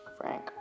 Frank